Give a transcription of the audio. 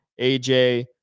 aj